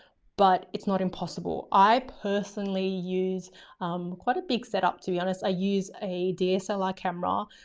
but it's not impossible. i personally use quite a big setup to be honest. i use a dslr ah camera,